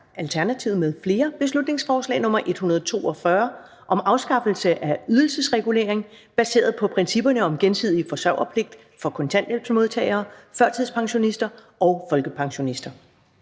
(Forslag til folketingsbeslutning om afskaffelse af ydelsesregulering baseret på principperne om gensidig forsørgerpligt for kontanthjælpsmodtagere, førtidspensionister og folkepensionister).